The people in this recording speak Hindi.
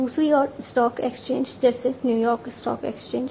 दूसरी ओर स्टॉक एक्सचेंज जैसे न्यूयॉर्क स्टॉक एक्सचेंज